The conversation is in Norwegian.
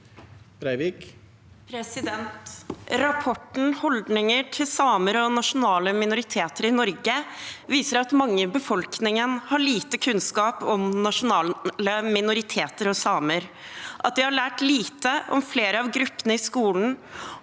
Rapporten Holdninger til samer og nasjonale minoriteter i Norge viser at mange i befolkningen har lite kunnskap om samer og nasjonale minoriteter, at vi har lært lite om flere av gruppene i skolen,